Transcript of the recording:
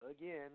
again